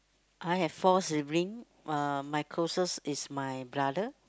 I have four sibling uh my closest is my brother